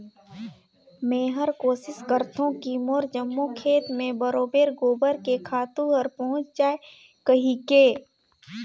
मेहर कोसिस करथों की मोर जम्मो खेत मे बरोबेर गोबर के खातू हर पहुँच जाय कहिके